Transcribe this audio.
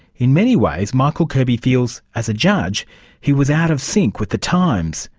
in many ways michael kirby feels as a judge he was out of synch with the times,